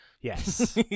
Yes